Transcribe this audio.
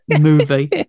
movie